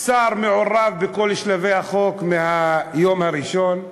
השר מעורב בכל שלבי החוק מהיום הראשון,